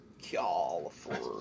California